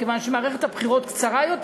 מכיוון שמערכת הבחירות קצרה יותר,